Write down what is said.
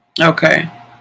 Okay